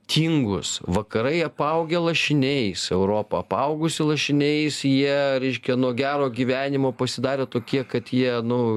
tingūs vakarai apaugę lašiniais europa apaugusi lašiniais jie reiškia nuo gero gyvenimo pasidarė tokie kad jie nu